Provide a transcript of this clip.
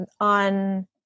on